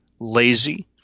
lazy